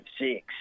six